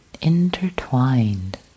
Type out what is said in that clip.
intertwined